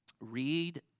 read